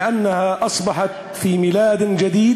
בגלל שנלקחה ביום הולדת חדש,